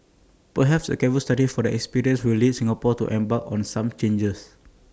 perhaps A careful study of their experiences will lead Singapore to embark on some changes